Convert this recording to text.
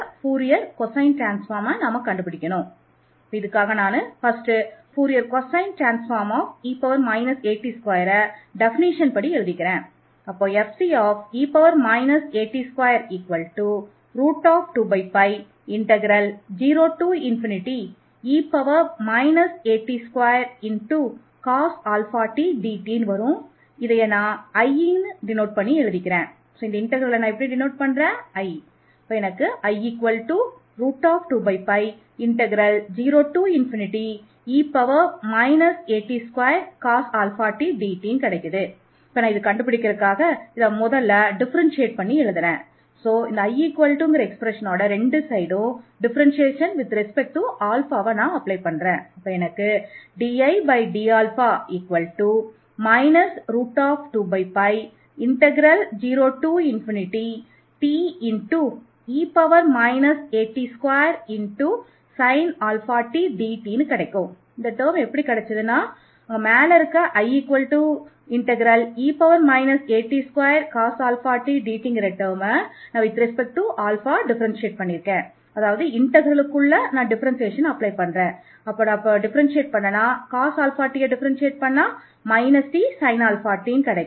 Fourier cosine டிரான்ஸ்ஃபார்ம்மின் வரையறையில் இருந்து நமக்கு கிடைக்கப் பெறுவது Fce at22 0e at2cos αt dtI say ன் இருபுறமும் நாம் வைப் பொருத்து டிஃபரன்ஷியேட் ஆக எடுத்துக்கொள்ள வேண்டும்